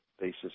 basis